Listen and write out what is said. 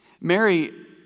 Mary